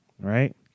right